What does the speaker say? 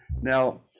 Now